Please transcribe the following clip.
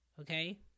okay